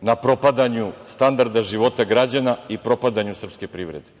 na propadanju standarda života građana i propadanju srpske privrede. Sada,